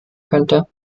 könnte